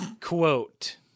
Quote